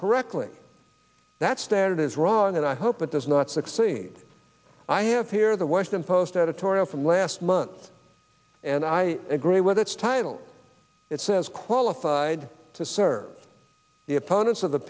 correctly that standard is wrong and i hope it does not succeed i have here the washington post editorial from last month and i agree with its title it says qualified to serve the opponents of the